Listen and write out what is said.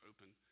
open